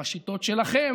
בשיטות שלכם,